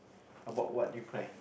about what you cry